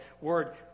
word